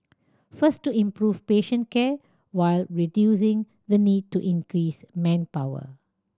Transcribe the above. first to improve patient care while reducing the need to increase manpower